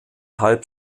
halb